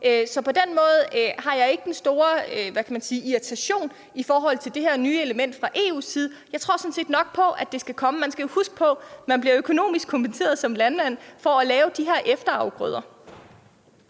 Så på den måde føler jeg ikke den store irritation i forhold til det her nye element fra EU's side. Jeg tror sådan set på, at det nok skal komme. Vi skal jo huske på, at man bliver økonomisk kompenseret som landmand for at dyrke de her efterafgrøder.